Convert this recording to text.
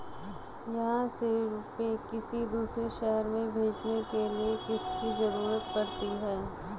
यहाँ से रुपये किसी दूसरे शहर में भेजने के लिए किसकी जरूरत पड़ती है?